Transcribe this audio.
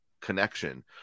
connection